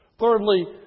Thirdly